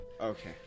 Okay